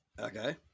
Okay